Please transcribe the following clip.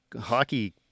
hockey